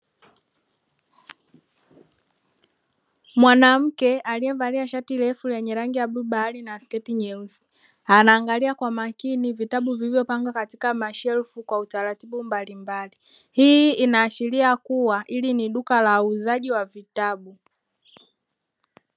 Mwanamke aliyevalia shati lenye rangi ya bluu bahari na sketi nyeusi anaangalia kwa makini vitabu vilivyopangwa katika mashelfu kwa utaratibu mbalimbali; hii inaashiria kuwa hili ni duka la uuzaji wa vitabu.